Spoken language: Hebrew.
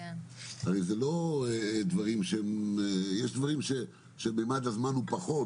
הרי זה לא כמו דברים שבהם ממד הזמן הוא פחות,